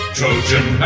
Trojan